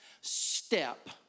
step